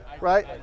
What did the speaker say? Right